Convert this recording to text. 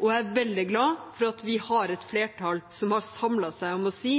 Jeg er veldig glad for at vi har et flertall som har samlet seg om å si